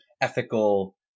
ethical